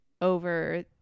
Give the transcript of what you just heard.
over